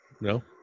No